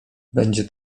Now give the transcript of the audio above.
będzie